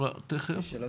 חושב שהדיון